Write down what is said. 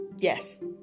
Yes